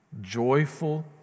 joyful